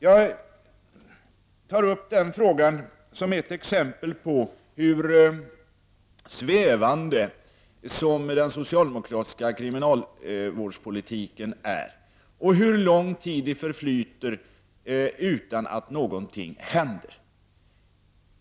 Jag tar upp den frågan som ett exempel på hur svävande den socialdemokratiska kriminalvårdspolitiken är och hur lång tid som förflyter utan att någonting händer.